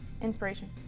Inspiration